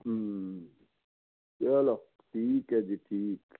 ਹਮ ਚਲੋ ਠੀਕ ਹੈ ਜੀ ਠੀਕ